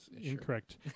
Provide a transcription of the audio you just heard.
Incorrect